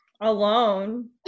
Alone